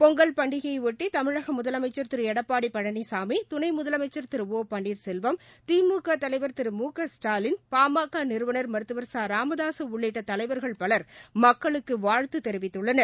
பொங்கல் பண்டிகையையொட்டிதமிழகமுதலமைச்சர் திருளடப்பாடிபழனிசாமி துணைமுதலமைச்சர் திரு ஓர் பன்னீர்செல்வம் திமுகதலைவர் திருமாமு காம்ஸ்டாலின் பாமகநிறுவனர் மருத்துவர் ராமதாசுஉள்ளிட்டதலைவர்கள் பலர் மக்களுக்குவாழ்த்துதெரிவித்துள்ளனர்